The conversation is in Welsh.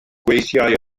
gweithiai